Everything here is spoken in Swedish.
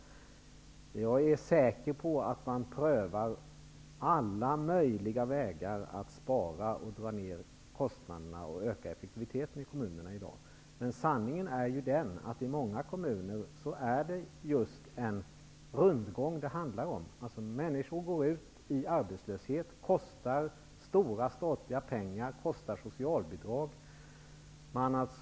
Jag är säker på att alla möjliga vägar att spara prövas för att dra ned kostnaderna och öka effektiviteten i kommunerna i dag. Men sanningen är att det i många kommuner handlar om just en rundgång. Människor går ut i arbetslöshet. Det kostar samhället stora statliga medel i form av socialbidrag bl.a.